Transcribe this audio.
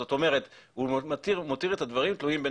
זאת אומרת הוא מותיר את הדברים תלויים בין